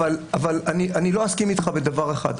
אבל אני לא אסכים אתך בדבר אחד,